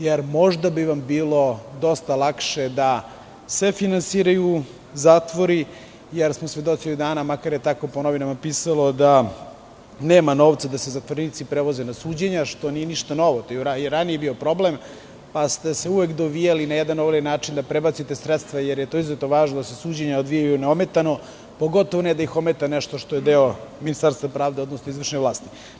Jer, možda bi vam bilo dosta lakše da sve finansiraju zatvori, jer smo svedoci ovih dana, makar je tako po novinama pisalo, da nema novca, da se zatvorenici prevoze na suđenja, što nije ništa novo, to je i ranije bio problem, pa ste se uvek dovijali, na ovaj ili onaj način, da prebacite sredstva jer je izuzetno važno da se suđenja odvijaju neometano, pogotovo ne da ih ometa nešto što je deo Ministarstva pravde, odnosno izvršne vlasti.